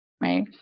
right